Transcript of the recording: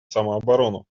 самооборону